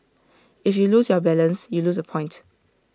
if you lose balance you lose A point